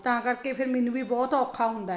ਤਾਂ ਕਰਕੇ ਫਿਰ ਮੈਨੂੰ ਵੀ ਬਹੁਤ ਔਖਾ ਹੁੰਦਾ ਹੈ